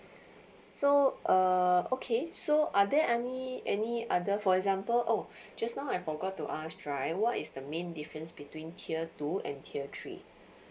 so uh okay so are there any any other for example oh just now I forgot to ask right what is the main difference between tier two and tier three